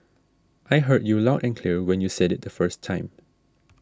I heard you loud and clear when you said it the first time